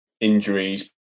injuries